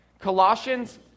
Colossians